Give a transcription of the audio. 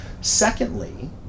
Secondly